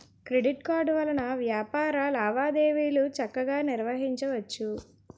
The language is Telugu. క్రెడిట్ కార్డు వలన వ్యాపార లావాదేవీలు చక్కగా నిర్వహించవచ్చు